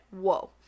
whoa